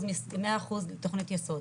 תוכנית יסוד,